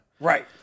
Right